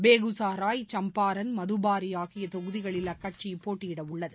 பேபுசாராய் சும்பாரான் மதுபாரி ஆகிய தொகுதிகளில் அக்கட்சி போட்டியிட உள்ளது